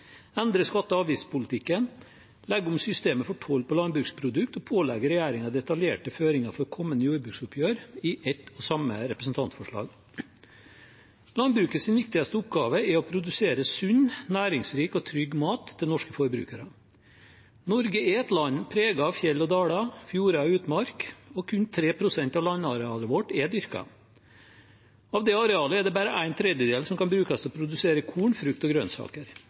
endre skatte- og avgiftspolitikken, legge om systemet for toll på landbruksprodukt og pålegge regjeringen detaljerte føringer for kommende jordbruksoppgjør – i ett og samme representantforslag. Landbrukets viktigste oppgave er å produsere sunn, næringsrik og trygg mat til norske forbrukere. Norge er et land preget av fjell og daler, fjorder og utmark, og kun 3 pst. av landarealet vårt er dyrket. Av det arealet er det bare en tredjedel som kan brukes til å produsere korn, frukt og grønnsaker.